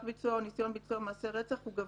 ביצוע או ניסיון ביצוע מעשי רצח הוא גבוה.